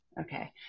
Okay